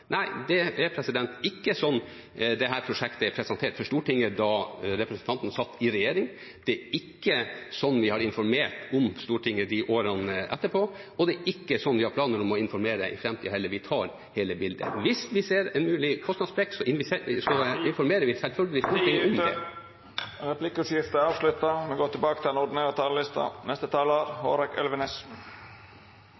Nei, det er ikke sånn dette prosjektet ble presentert for Stortinget, da representanten satt i regjering. Det er ikke sånn vi har informert Stortinget i årene etterpå. Det er ikke sånn vi har planer om å informere i framtiden heller. Vi tar hele bildet. Hvis vi ser en mulig kostnadssprekk, informerer vi selvfølgelig Stortinget. Replikkordskiftet er avslutta. Det var representanten Navarsete og representanten Lysbakken som fikk meg til